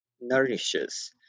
nourishes